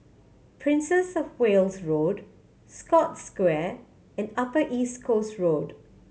Princess Of Wales Road Scotts Square and Upper East Coast Road